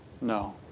No